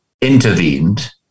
intervened